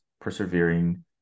persevering